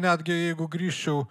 netgi jeigu grįžčiau